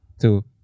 two